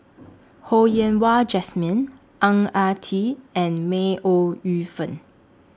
Ho Yen Wah Jesmine Ang Ah Tee and May Ooi Yu Fen